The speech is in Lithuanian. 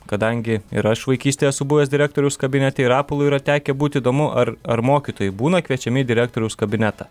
kadangi ir aš vaikystėj esu buvęs direktoriaus kabinete ir rapolui yra tekę būt įdomu ar ar mokytojai būna kviečiami į direktoriaus kabinetą